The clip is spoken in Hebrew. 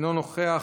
אינו נוכח,